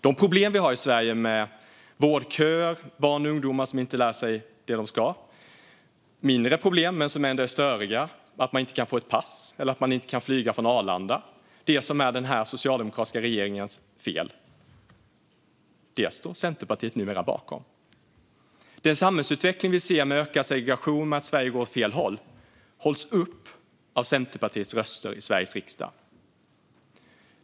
De problem som vi har i Sverige med vårdköer och barn och ungdomar som inte lär sig det de ska och de mindre men ändå störiga problem som finns, såsom att man inte kan få ett pass eller flyga från Arlanda, är den socialdemokratiska regeringens fel. Detta står Centerpartiet numera bakom. Den samhällsutveckling vi ser med ökad segregation och att Sverige går åt fel håll hålls upp av Centerpartiets röster i Sveriges riksdag.